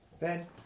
Ben